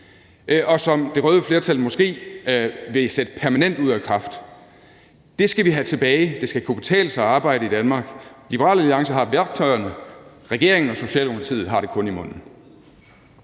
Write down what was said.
og som det røde flertal måske vil sætte permanent ud af kraft. Det skal vi have tilbage. Det skal kunne betale sig at arbejde i Danmark. Liberal Alliance har værktøjerne, regeringen og Socialdemokratiet har det kun i munden.